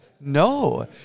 No